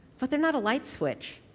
but they're not a light switch.